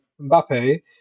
Mbappe